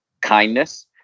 kindness